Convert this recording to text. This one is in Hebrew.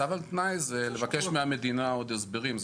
הצו על תנאי זה לבקש מהמדינה עוד הסברים.